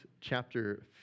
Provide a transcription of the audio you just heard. chapter